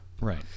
Right